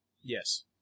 Yes